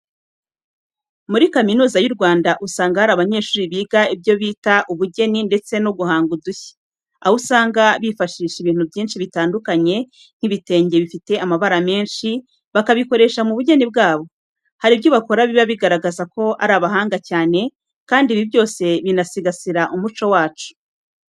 Muri Kaminuza y'u Rwanda usanga hari abanyeshuri biga ibyo bita ubugeni ndetse no guhanga udushya, aho usanga bifashisha ibintu byinshi bitandukanye nk'ibitenge bifite amabara menshi, bakabikoresha mu bugeni bwabo. Hari ibyo bakora biba bigaragaza ko ari abahanga cyane kandi ibi byose binasigasira umuco wacu.